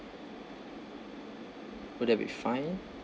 will that be fine